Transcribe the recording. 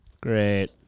Great